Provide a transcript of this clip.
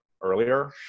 earlier